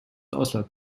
ausland